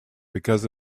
because